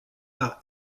par